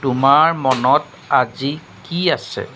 তোমাৰ মনত আজি কি আছে